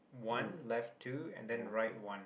one left two and then right one